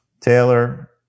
Taylor